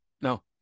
no